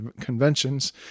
Convention's